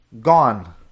gone